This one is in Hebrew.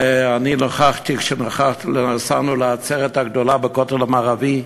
ואני נכחתי, כשנסענו לעצרת הגדולה בכותל המערבי,